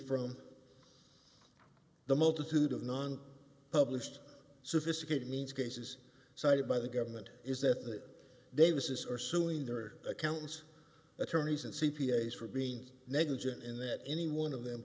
from the multitude of non published sophisticated means cases cited by the government is that davis are suing their accountants attorneys and c p a s for being negligent in that any one of them